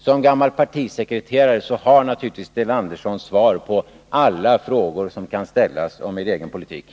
Som gammal partisekreterare har Sten Andersson naturligtvis svar på alla frågor som kan ställas om er egen politik.